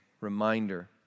reminder